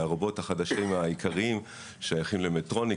והרובוטים החדשים העיקריים שייכים למדטרוניק,